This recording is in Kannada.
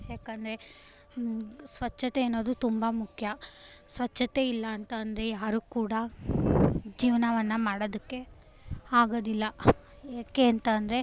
ಯಾಕೆಂದರೆ ಸ್ವಚ್ಛತೆ ಅನ್ನೋದು ತುಂಬ ಮುಖ್ಯ ಸ್ವಚ್ಛತೆ ಇಲ್ಲ ಅಂತ ಅಂದರೆ ಯಾರೂ ಕೂಡ ಜೀವ್ನವನ್ನು ಮಾಡೋದಕ್ಕೆ ಆಗೋದಿಲ್ಲ ಯಾಕೆ ಅಂತ ಅಂದರೆ